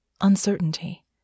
uncertainty